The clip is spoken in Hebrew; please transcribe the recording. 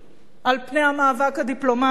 על המאבק הדיפלומטי,